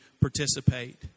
participate